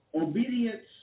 obedience